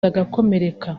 bagakomereka